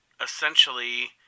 essentially